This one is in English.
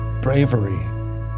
bravery